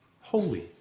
holy